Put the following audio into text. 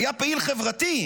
היה פעיל חברתי,